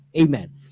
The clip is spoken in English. Amen